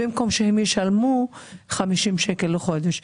במקום שהם ישלמו 50 שקל לחודש.